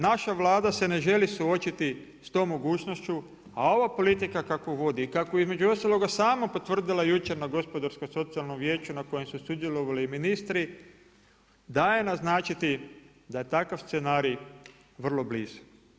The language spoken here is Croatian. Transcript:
Naša Vlada se ne želi suočiti sa tom mogućnošću, a ova politika kakvu vodi i kakvu je između ostaloga sama potvrdila jučer na Gospodarskom socijalnom vijeću na kojem su sudjelovali i ministri daje naznačiti da je takav scenarij vrlo blizu.